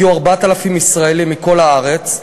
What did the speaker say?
הגיעו 4,000 ישראלים מכל הארץ,